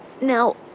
now